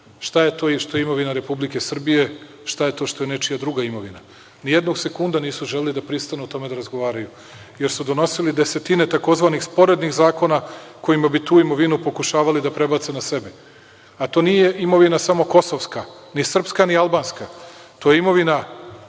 šta je to što je imovina Republike Srbije, šta je to što je nečija druga imovina. Ni jednog sekunda nisu želeli da pristanu da o tome razgovaraju jer su donosili desetine tzv. sporednih zakona kojima bi tu imovinu pokušavali da prebace na sebe, a to nije imovina samo kosovska, ni srpska, ni albanska, to je imovina